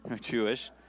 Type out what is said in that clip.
Jewish